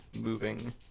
moving